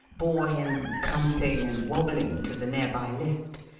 bore him clumping and wobbling to the nearby lift,